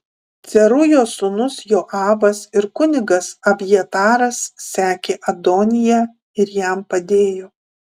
cerujos sūnus joabas ir kunigas abjataras sekė adoniją ir jam padėjo